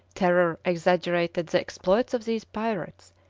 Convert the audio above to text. terror exaggerated the exploits of these pirates,